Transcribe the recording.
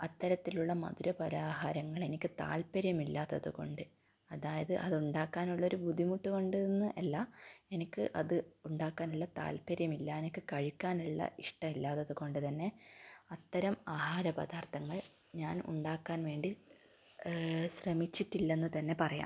അത്തരത്തിലുള്ള മധുരപലഹാരങ്ങൾ എനിക്ക് താൽപര്യം ഇല്ലാത്തത് കൊണ്ട് അതായത് അതുണ്ടാക്കാനുള്ളൊരു ബുദ്ധിമുട്ട് കൊണ്ട് എന്ന് അല്ല എനിക്ക് അത് ഉണ്ടാക്കാനുള്ള താൽപര്യം ഇല്ല എനിക്ക് കഴിക്കാനുള്ള ഇഷ്ടം ഇല്ലാത്തത് കൊണ്ട് തന്നെ അത്തരം ആഹാരപദാർത്ഥങ്ങൾ ഞാൻ ഉണ്ടാക്കാൻ വേണ്ടി ശ്രമിച്ചിട്ടില്ലെന്ന് തന്നെ പറയാം